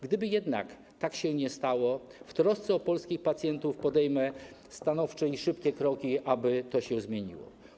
Gdyby jednak tak się nie stało, w trosce o polskich pacjentów podejmę stanowcze i szybkie kroki, aby to się zmieniło.